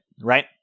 right